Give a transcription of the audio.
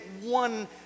one